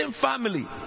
family